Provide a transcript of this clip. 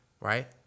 right